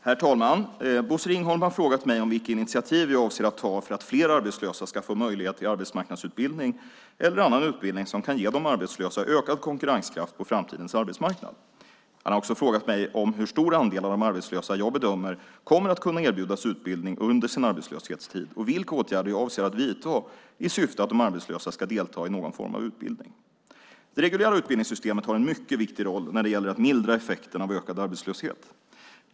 Herr talman! Bosse Ringholm har frågat mig vilka initiativ jag avser att ta för att fler arbetslösa ska få möjlighet till arbetsmarknadsutbildning eller annan utbildning som kan ge de arbetslösa ökad konkurrenskraft på framtidens arbetsmarknad. Han har också frågat mig hur stor andel av de arbetslösa jag bedömer kommer att kunna erbjudas utbildning under sin arbetslöshetstid och vilka åtgärder jag avser att vidta i syfte att de arbetslösa ska delta i någon form av utbildning. Det reguljära utbildningssystemet har en mycket viktig roll när det gäller att mildra effekten av ökad arbetslöshet.